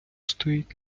стоїть